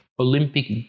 Olympic